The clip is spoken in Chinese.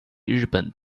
日本